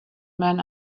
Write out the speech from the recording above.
man